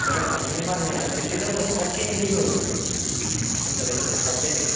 seven थावजेननि माने मोनसे दङ फाइभ केनि दङ दंनायालाय ओं फाइभ केनि